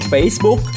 Facebook